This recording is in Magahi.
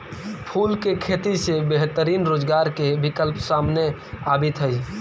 फूल के खेती से बेहतरीन रोजगार के विकल्प सामने आवित हइ